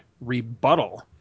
Rebuttal